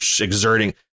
exerting